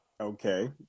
okay